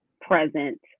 present